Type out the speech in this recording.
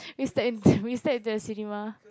we slept in we slept in the cinema